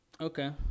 Okay